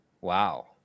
Wow